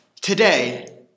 today